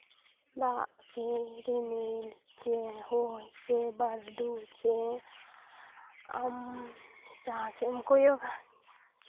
ᱫᱟᱜ ᱪᱮ ᱨᱤᱢᱤᱞ ᱪᱮ ᱦᱚᱭ ᱪᱮ ᱵᱟᱹᱨᱰᱩ ᱪᱮ ᱟᱢ ᱡᱟᱦᱟᱸ ᱥᱮᱫ ᱮᱢ ᱠᱚᱭᱚᱜᱟ